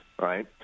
right